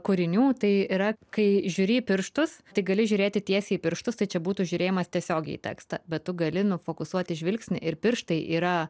kūrinių tai yra kai žiūri į pirštus tai gali žiūrėti tiesiai į pirštus tai čia būtų žiūrėjimas tiesiogiai į tekstą bet tu gali nu fokusuoti žvilgsnį ir pirštai yra